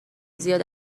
زیاد